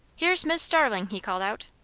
here's mis' starling, he called out.